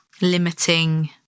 limiting